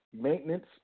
maintenance